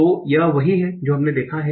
तो यह वही है जो हमने देखा है